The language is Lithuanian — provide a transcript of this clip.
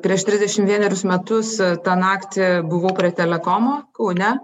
prieš trisdešim vienerius metus tą naktį buvau prie telekomo kaune